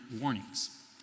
warnings